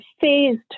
phased